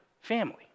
family